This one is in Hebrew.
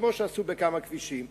כמו שעשו בכמה כבישים,